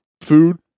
food